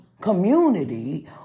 community